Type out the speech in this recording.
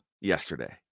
yesterday